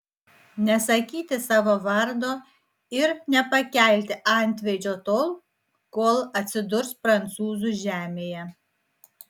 nesakyti savo vardo ir nepakelti antveidžio tol kol atsidurs prancūzų žemėje